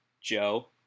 Joe